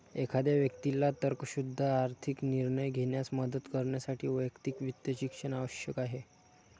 एखाद्या व्यक्तीला तर्कशुद्ध आर्थिक निर्णय घेण्यास मदत करण्यासाठी वैयक्तिक वित्त शिक्षण आवश्यक आहे